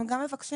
אנחנו גם מבקשים